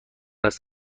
است